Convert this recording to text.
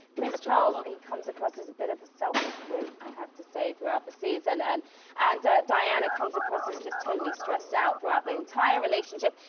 prince charles, he comes across as a bit of a selfish wimp. i have to say throughout the season and and diana comes across as just totally stressed out throughout the entire relationship.